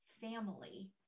family